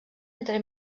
entre